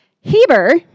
Heber